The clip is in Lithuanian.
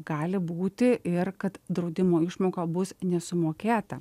gali būti ir kad draudimo išmoka bus nesumokėta